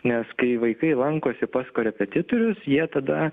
nes kai vaikai lankosi pas korepetitorius jie tada